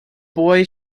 boy